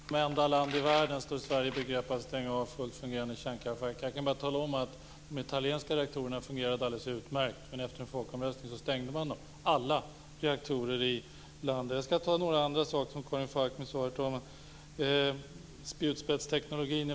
Herr talman! Karin Falkmer sade att Sverige som enda land i världen står i begrepp att stänga av fullt fungerande kärnkraftverk. Jag kan bara tala om att de italienska reaktorerna fungerade alldeles utmärkt men att man efter en folkomröstning stängde av alla reaktorer i landet. Jag skall ta upp några andra saker som Karin Falkmer sade, herr talman.